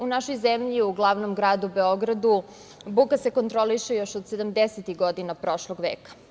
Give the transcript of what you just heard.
U našoj zemlji, u glavnom gradu Beogradu buka se kontroliše još 70-ih godina prošlog veka.